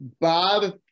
Bob